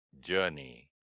journey